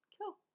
Cool